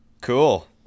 Cool